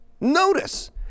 notice